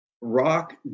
Rock